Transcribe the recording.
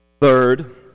Third